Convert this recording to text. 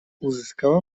uzyskała